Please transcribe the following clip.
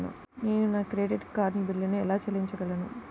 నేను నా credit card బిల్లును ఎలా చెల్లించగలను?